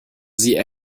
sie